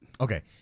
Okay